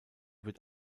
wird